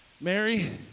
Mary